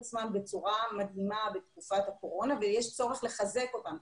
עצמם בצורה מדהימה בתקופת הקורונה ויש צורך לחזק אותם,